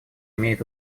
имеет